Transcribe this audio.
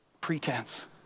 pretense